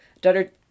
daughter